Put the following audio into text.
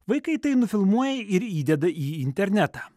vaikai tai nufilmuoja ir įdeda į internetą